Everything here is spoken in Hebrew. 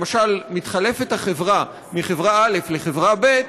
למשל, מתחלפת החברה מחברה א' לחברה ב'